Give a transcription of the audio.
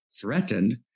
threatened